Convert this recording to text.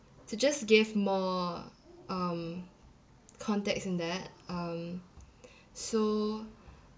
to just give more um context in that um so